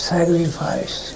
Sacrifice